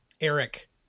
Eric